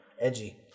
Edgy